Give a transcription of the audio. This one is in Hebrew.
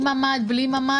עם ממ"ד או בלי ממ"ד.